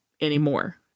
anymore